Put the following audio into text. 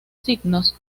signos